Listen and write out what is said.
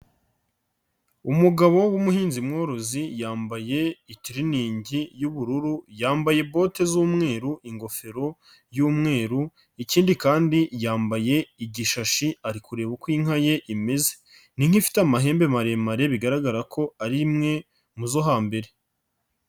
Umugabo w'umuhinzi mworozi yambaye itiriningi y'ubururu, yambaye bote z'umweru, ingofero y'umweru ikindi kandi yambaye igishashi, ari kureba uko inka ye imeze. Ni inka ifite amahembe maremare bigaragara ko ari imwe mu zo hambere.